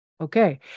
okay